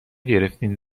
گرفتیم